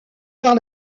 par